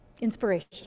inspiration